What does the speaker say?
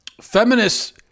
Feminists